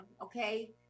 okay